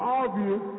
obvious